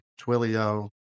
Twilio